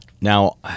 Now